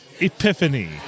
epiphany